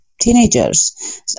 teenagers